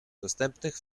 dostępnych